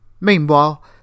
Meanwhile